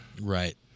Right